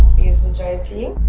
please enjoy your tea.